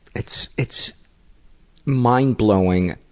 it's it's mind-blowing